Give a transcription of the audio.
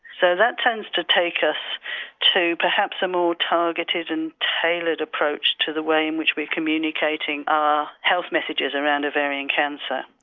so that tends to take us to perhaps a more targeted and tailored approach to the way in which we're communicating our health messages around ovarian cancer.